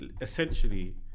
essentially